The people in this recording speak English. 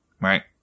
right